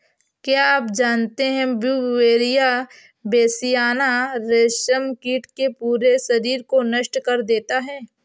क्या आप जानते है ब्यूवेरिया बेसियाना, रेशम कीट के पूरे शरीर को नष्ट कर देता है